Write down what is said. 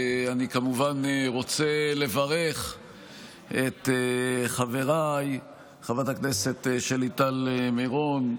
אני כמובן רוצה לברך את חבריי חברת הכנסת שלי טל מרום,